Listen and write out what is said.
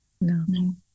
No